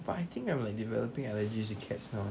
but I think I'm like developing allergies with cats now eh